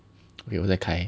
okay 我在开